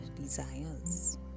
desires